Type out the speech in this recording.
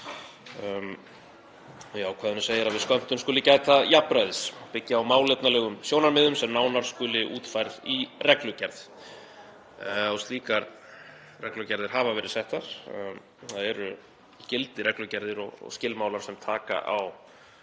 ákvæðinu segir að við skömmtum skuli gæta jafnræðis, byggja á málefnalegum sjónarmiðum sem nánar skuli útfærð í reglugerð. Slíkar reglugerðir hafa verið settar. Það eru í gildi reglugerðir og skilmálar sem taka á